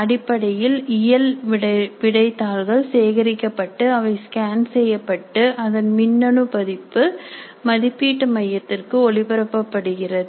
அடிப்படையில் இயல் விடைத்தாள்கள் சேகரிக்கப்பட்டு அவை ஸ்கேன் செய்யப்பட்டு அதன் மின்னணு பதிப்பு மதிப்பீட்டு மையத்திற்கு ஒளிபரப்பப்படுகிறது